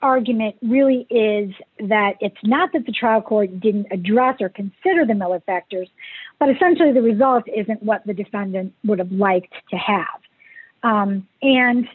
argument really is that it's not that the trial court didn't address or consider the miller factors but essentially the result isn't what the defendant would have liked to have